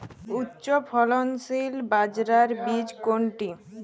উচ্চফলনশীল বাজরার বীজ কোনটি?